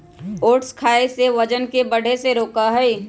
oats खाई से वजन के बढ़े से रोका हई